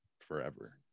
forever